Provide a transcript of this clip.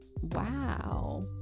wow